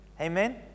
Amen